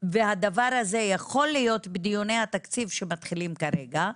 והדבר הזה יכול להיות בדיוני התקציב שמתחילים כרגע,